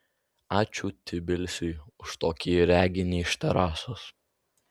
ačiū tbilisiui už tokį reginį iš terasos